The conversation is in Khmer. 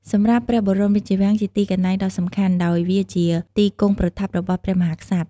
សម្រាប់ព្រះបរមរាជវាំងជាទីកន្លែងដ៏សំខាន់ ដោយវាជាទីគង់ប្រថាប់របស់ព្រះមហាក្សត្រ។